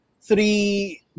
three